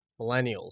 Millennials